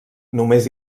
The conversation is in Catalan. només